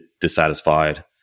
dissatisfied